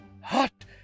Hot